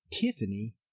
tiffany